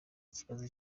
ikibazo